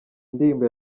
ndirimbo